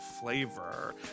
flavor